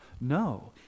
no